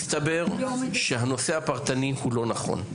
מסתבר שהנושא הפרטני הוא לא נכון.